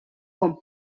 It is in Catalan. com